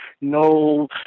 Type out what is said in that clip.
no